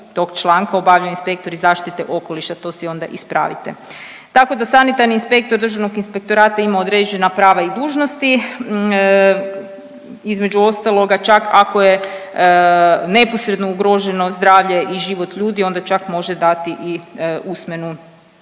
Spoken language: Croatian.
tog članka obavljaju inspektori zaštite okoliša, to si onda ispravite. Tako da sanitarni inspektor Državnog inspektorata ima određena prava i dužnosti, između ostaloga čak ako je neposredno ugroženo zdravlje i život ljudi onda čak može dati i usmenu